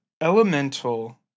Elemental